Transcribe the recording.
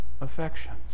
affections